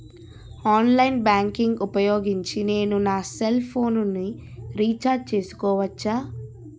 Online banking ఊపోయోగించి నేను నా సెల్ ఫోను ని రీఛార్జ్ చేసుకోవచ్చా?